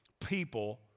people